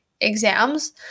exams